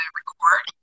record